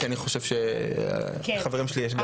כי לחברים שלי יש גם מה להגיד.